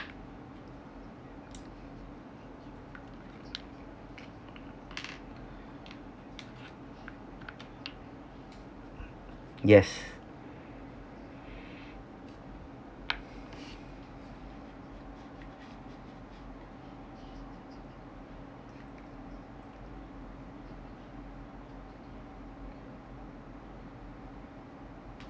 yes